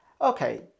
okay